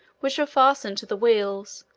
which were fastened to the wheels,